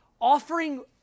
offering